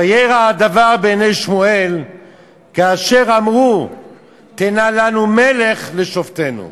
"וירע הדבר בעיני שמואל כאשר אמרו תנה לנו מלך לשפטנו".